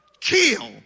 kill